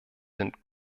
sind